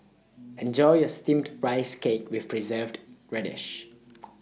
Enjoy your Steamed Rice Cake with Preserved Radish